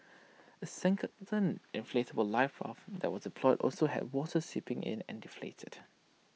A second inflatable life of that was deployed also had water seeping in and deflated